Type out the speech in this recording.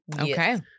Okay